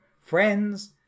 friends